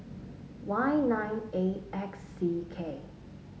Y nine A X C K